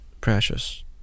precious